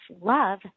love